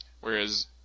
Whereas